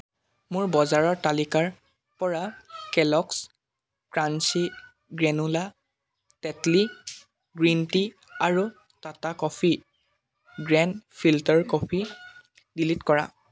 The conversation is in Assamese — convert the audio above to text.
মোৰ বজাৰৰ তালিকাৰপৰা Kellogg's crunchy granola Tetley green tea আৰু Tata coffee grand filter coffee delete কৰা